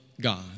God